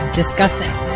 discussing